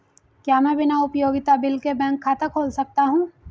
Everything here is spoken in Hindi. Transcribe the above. क्या मैं बिना उपयोगिता बिल के बैंक खाता खोल सकता हूँ?